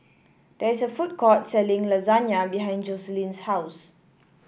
there is a food court selling Lasagne behind Joseline's house